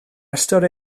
ystod